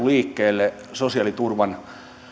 liikkeelle sosiaaliturvan